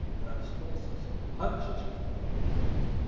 and our school system punishes you for making mistakes.